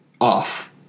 off